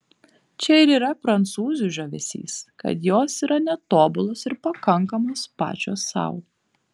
čia ir yra prancūzių žavesys kad jos yra netobulos ir pakankamos pačios sau